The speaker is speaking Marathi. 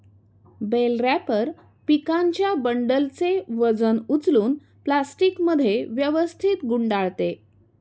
बेल रॅपर पिकांच्या बंडलचे वजन उचलून प्लास्टिकमध्ये व्यवस्थित गुंडाळते